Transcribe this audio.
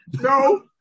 no